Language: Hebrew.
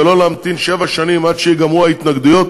ולא להמתין שבע שנים עד שייגמרו ההתנגדויות